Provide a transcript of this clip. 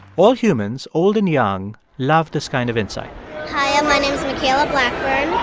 all humans, old and young, love this kind of insight hi, ah my name's michaela blackburn,